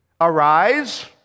arise